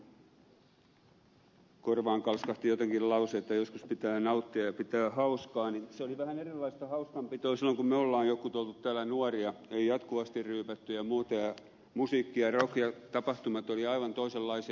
sasillekin että kun korvaan kalskahti jotenkin lause että joskus pitää nauttia ja pitää hauskaa niin se oli vähän erilaista hauskanpitoa silloin kun meistä jotkut olemme olleet nuoria ei jatkuvasti ryypätty ja muuta musiikki ja rock ja tapahtumat olivat aivan toisenlaisia